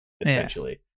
essentially